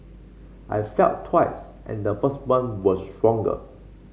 I felt twice and the first one was stronger